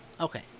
Okay